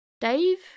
Dave